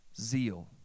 zeal